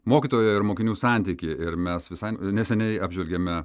mokytojo ir mokinių santykį ir mes visai neseniai apžvelgėme